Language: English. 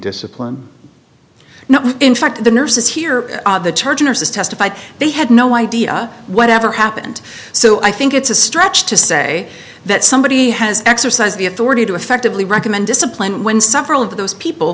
discipline no in fact the nurses here the church nurses testified they had no idea whatever happened so i think it's a stretch to say that somebody has exercised the authority to effectively recommend discipline when several of those people